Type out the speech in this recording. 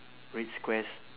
red squares